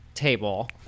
Table